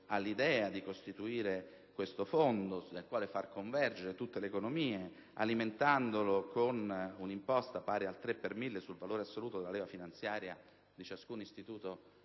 caso della costituzione di questo fondo sul quale far convergere tutte le economie alimentandolo con un'imposta pari al 3 per mille sul valore assoluto della leva finanziaria di ciascun istituto